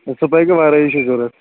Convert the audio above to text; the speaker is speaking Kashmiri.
سپایکہٕ وَرٲے چھ ضروٗرت